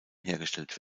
hergestellt